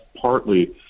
partly